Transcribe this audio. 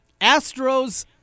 Astros